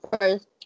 first